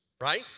right